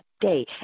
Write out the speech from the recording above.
day